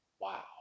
Wow